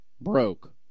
broke